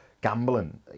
gambling